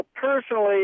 personally